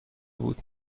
بود